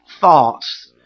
thoughts